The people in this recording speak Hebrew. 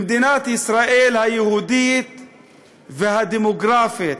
במדינת ישראל היהודית והדמוגרפית,